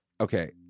Okay